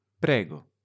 Prego